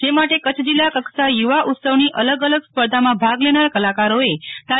જે માટે કચ્છ જિલ્લા કક્ષા યુવા ઉત્સવની અલગ અલગ સ્પર્ધામાં ભાગ લેનાર કલાકારોએ તા